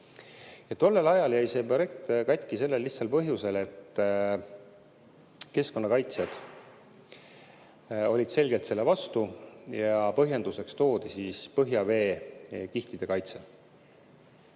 Tollel ajal jäi see projekt katki sel lihtsal põhjusel, et keskkonnakaitsjad olid selgelt selle vastu. Põhjenduseks toodi siis põhjaveekihtide kaitse.